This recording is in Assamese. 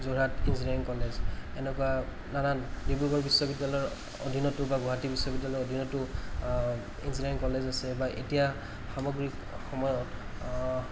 যোৰহাট ইঞ্জিনিয়াৰিং কলেজ এনেকুৱা নানান ডিব্ৰুগড় বিশ্ববিদ্য়ালয়ৰ অধীনতো বা গুৱাহাটী বিশ্ববিদ্য়ালয়ৰ অধীনতো ইঞ্জিনিয়াৰিং কলেজ আছে বা এতিয়া সামগ্ৰিক সময়ত